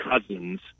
cousins